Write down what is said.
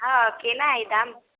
हँ केना हइ दाम